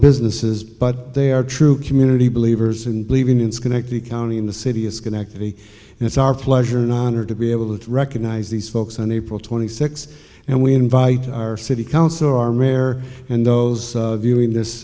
businesses but they are true community believers and believe in schenectady county and the city is connectivity and it's our pleasure and honor to be able to recognize these folks on april twenty sixth and we invite our city council are rare and those viewing this